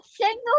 single